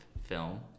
film